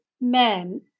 men